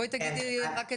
תודה.